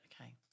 Okay